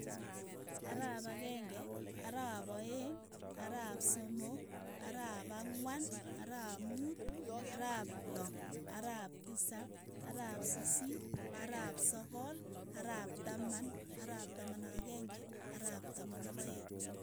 Ara'ap ageng'e, ara'ap aeng', ara'ap somok, ara'ap, arap ang'wan, ara'ap muut, ara'ap loo, ara'ap tisap, ara'ap sisiit, ara'ap sogol, ara'ap taman, ara'ap taman ak aeng'e, ara'ap taman ak aeng'.